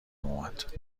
اومد